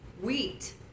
wheat